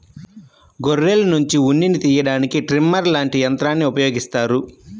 గొర్రెల్నుంచి ఉన్నిని తియ్యడానికి ట్రిమ్మర్ లాంటి యంత్రాల్ని ఉపయోగిత్తారు